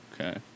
Okay